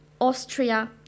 Austria